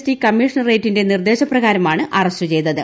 T കമ്മീഷണറേറ്റീടുന്റ നിർദ്ദേശപ്രകാരമാണ് arrest ചെയ്തത്